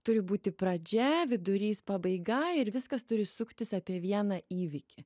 turi būti pradžia vidurys pabaiga ir viskas turi suktis apie vieną įvykį